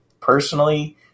personally